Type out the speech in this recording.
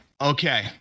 Okay